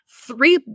Three